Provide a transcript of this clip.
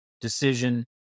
decision